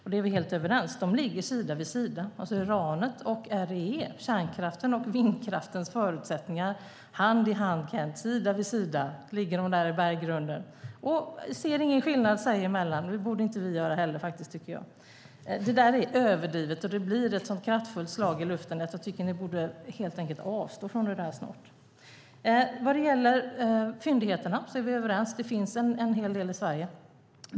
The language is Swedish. Vi är helt överens. De ligger sida vid sida, Kent, hand i hand, uranet och REE, kärnkraftens och vindkraftens förutsättningar. Sida vid sida ligger de där i berggrunden och ser ingen skillnad sig emellan. Det borde vi inte göra heller. Det där är överdrivet, och det blir ett så kraftfullt slag i luften att jag tycker att ni borde avstå från det där snart. Vad gäller fyndigheterna är vi överens. Det finns en hel del i Sverige.